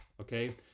okay